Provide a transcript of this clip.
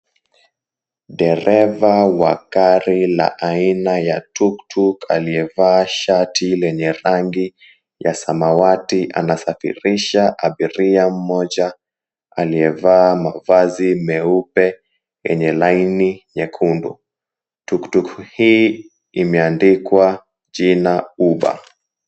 Dereva wa gari aina ya tuktuk aliyevaa shati lenye rangi ya samawati anasafirisha abiria mmoja aliyevaa mavazi meupe yenye laini nyekundu. Tuktuk hii imeandikwa jina Uber.